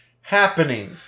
happening